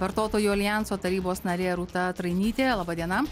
vartotojų aljanso tarybos narė rūta trainytė laba diena